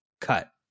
cut